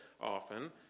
often